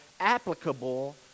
applicable